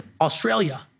Australia